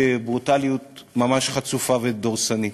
בברוטלית ממש חצופה ודורסנית.